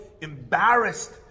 embarrassed